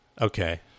Okay